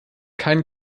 kein